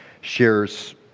shares